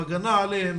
הגנה עליהם,